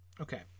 Okay